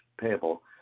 payable